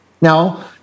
Now